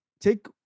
take